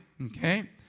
okay